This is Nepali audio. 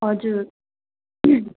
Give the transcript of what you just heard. हजुर